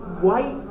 white